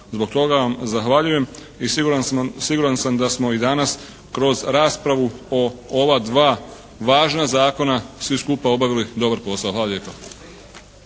Zbog toga vam zahvaljujem i siguran sam da smo i danas kroz raspravu o ova dva važna zakona svi skupa obavili dobar posao. Hvala lijepa.